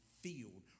field